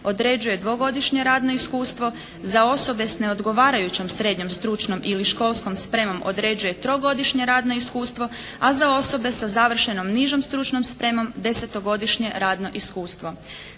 određuje dvogodišnje radno iskustvo. Za osobe sa neodgovarajućom srednjom stručnom ili školskom spremom određuje trogodišnje radno iskustvo, a za osobe sa završenom nižom stručnom spremom desetogodišnje radno iskustvo.